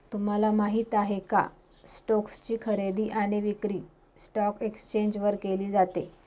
तुम्हाला माहिती आहे का? स्टोक्स ची खरेदी आणि विक्री स्टॉक एक्सचेंज वर केली जाते